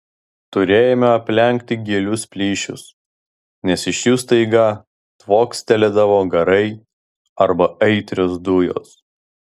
turėjome aplenkti gilius plyšius nes iš jų staiga tvokstelėdavo garai arba aitrios dujos